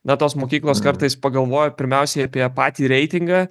na tos mokyklos kartais pagalvoja pirmiausiai apie patį reitingą